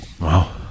Wow